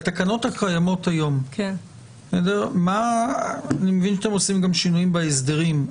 בתקנות הקיימות היום אני מבין שאתם עושים גם שינויים בהסדרים,